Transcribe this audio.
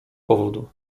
powodu